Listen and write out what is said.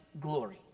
glory